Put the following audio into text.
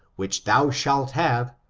which thou shalt have,